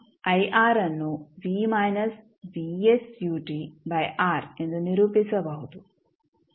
ನಂತರ ಅನ್ನು ಎಂದು ನಿರೂಪಿಸಬಹುದು